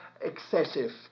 excessive